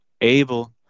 able